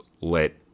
let